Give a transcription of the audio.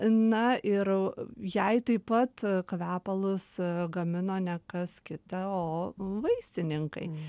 na ir jai taip pat kvepalus gamino ne kas kita o vaistininkai